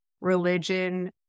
religion